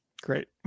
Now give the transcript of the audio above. Great